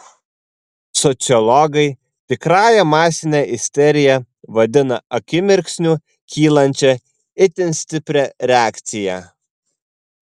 sociologai tikrąja masine isterija vadina akimirksniu kylančią itin stiprią reakciją